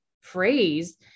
phrase